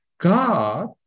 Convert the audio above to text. God